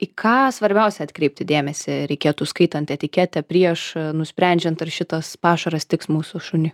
į ką svarbiausia atkreipti dėmesį reikėtų skaitant etiketę prieš nusprendžiant ar šitas pašaras tiks mūsų šuniui